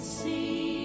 see